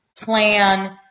plan